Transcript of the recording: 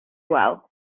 well